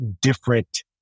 different